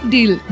Deal